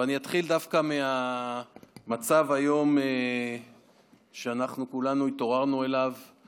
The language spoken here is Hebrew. אני אתחיל דווקא מהמצב שכולנו התעוררנו אליו היום.